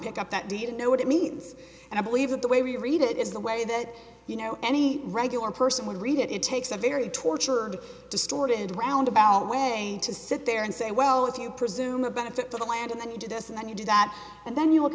pick up that didn't know what it means and i believe that the way we read it is the way that you know any regular person would read it it takes a very tortured distorted roundabout way to sit there and say well if you presume a benefit to the land and you do this and then you do that and then you look